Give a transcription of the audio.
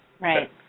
Right